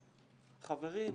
חברים,